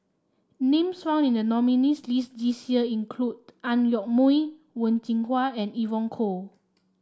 names found in the nominees' list this year include Ang Yoke Mooi Wen Jinhua and Evon Kow